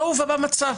לא הובהר המצב.